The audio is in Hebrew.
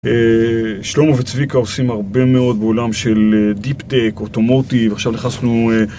שלמה וצביקה עושים הרבה מאוד בעולם של דיפ טק, אוטומוטיב ועכשיו נכנסנו